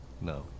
No